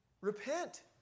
Repent